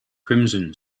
crimson